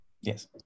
Yes